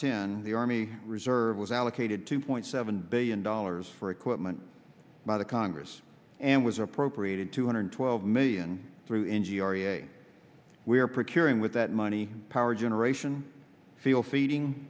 ten the army reserve was allocated two point seven billion dollars for equipment by the congress and was appropriated two hundred twelve million through n g r e a we are procuring with that money power generation feel feeding